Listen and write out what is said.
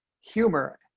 Humor